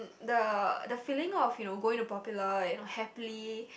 the the feeling of you know going to popular happily